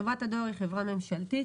חברת הדואר היא חברה ממשלתית.